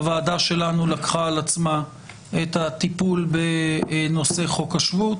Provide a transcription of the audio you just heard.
הוועדה שלנו לקחה על עצמה את הטיפול בנושא חוק השבות,